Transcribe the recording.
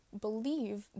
believe